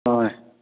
ꯑꯍꯣꯏ